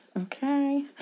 Okay